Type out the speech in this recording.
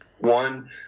One